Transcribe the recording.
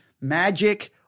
magic